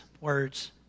words